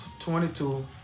22